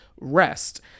rest